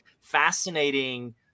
fascinating